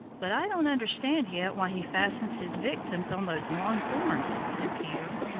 but i don't understand yet why he fastens his victims on those long thorns, said peter.